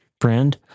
friend